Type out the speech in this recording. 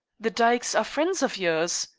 the dykes are friends of yours?